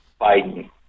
Biden